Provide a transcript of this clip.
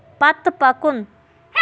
پتہٕ پکُن